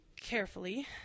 Carefully